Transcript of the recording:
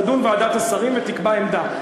תדון ועדת השרים ותקבע עמדה.